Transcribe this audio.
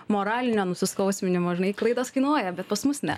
moralinio nusiskausminimo žinai klaidos kainuoja bet pas mus ne